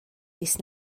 fis